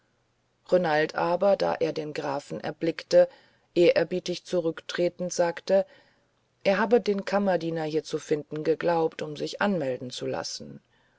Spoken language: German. renald aber da er den grafen erblickte ehrerbietig zurücktretend sagte er habe den kammerdiener hier zu finden geglaubt um sich anmelden zu lassen